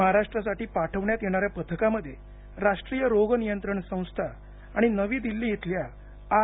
महाराष्ट्रासाठी पाठविण्यात येणाऱ्या पथकामध्ये राष्ट्रीय रोगनियंत्रण संस्था आणि नवी दिल्ली इथल्या आर